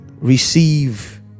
receive